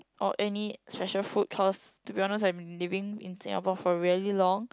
or any special food cause to be honest I'm living in Singapore for really long